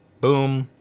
boom,